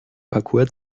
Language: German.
parkour